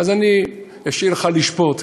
אז אני אשאיר לך לשפוט.